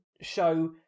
show